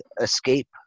escape